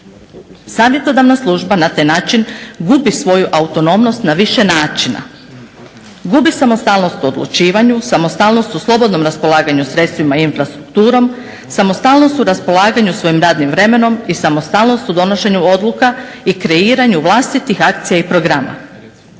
Savjetodavna služba na taj način gubi svoju autonomnost na više načina. Gubi samostalnost u odlučivanju, samostalnost u slobodnom raspolaganju sredstvima i infrastrukturom, samostalnost u raspolaganju svojim radnim vremenom i samostalnost u donošenju odluka i kreiranju vlastitih akcija i programa.